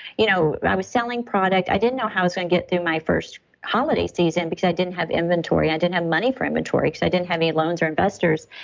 you know i was selling product, i didn't know how i was going to get through my first holiday season because i didn't have inventory i didn't have money for inventory because i didn't have any loans or investors.